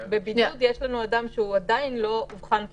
בבידוד יש לנו אדם שעדיין לא אובחן כחולה.